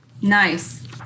Nice